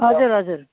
हजुर हजुर